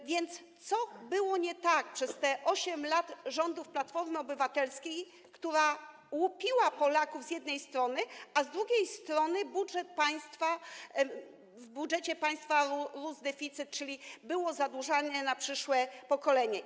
A więc co było nie tak przez te osiem lat rządów Platformy Obywatelskiej, która łupiła Polaków z jednej strony, a z drugiej strony w budżecie państwa rósł deficyt, czyli było zadłużanie na przyszłe pokolenia?